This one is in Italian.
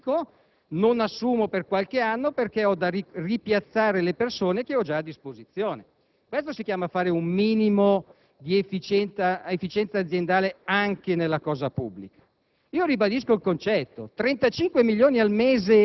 non metto nessuno per strada, ma riconverto, riqualifico, non assumo per qualche anno, perché ho da ripiazzare le persone che ho già a disposizione. Questo significa fare un minimo di efficienza aziendale anche nella cosa pubblica.